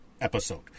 episode